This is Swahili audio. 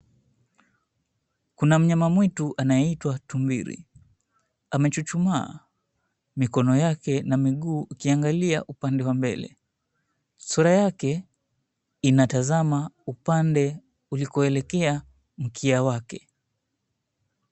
Kuna mnyama mwitu anaitwa tumbiri. Amechuchuma, mikono yake na miguu ukiangalia upande wa mbele. Sura yake inatazama upande ulikoelekea mkia wake.